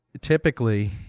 typically